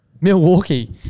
Milwaukee